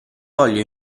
voglio